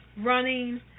running